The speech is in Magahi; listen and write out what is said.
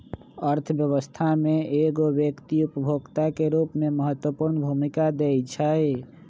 अर्थव्यवस्था में एगो व्यक्ति उपभोक्ता के रूप में महत्वपूर्ण भूमिका दैइ छइ